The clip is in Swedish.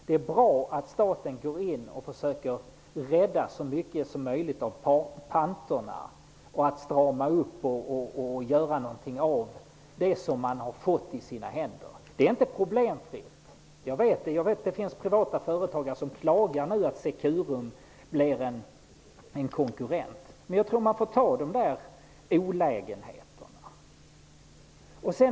Det är bra att staten går in och försöker rädda så mycket som möjligt av panterna, strama upp det hela och göra någonting av det som man har fått i sina händer. Det är inte problemfritt. Jag vet att det finns privata företagare som nu klagar att Securum blev en konkurrent. Jag tror att man får ta sådana olägenheter.